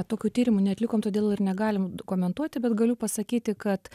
tokių tyrimų neatlikom todėl ir negalim komentuoti bet galiu pasakyti kad